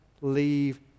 leave